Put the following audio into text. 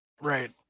Right